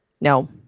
No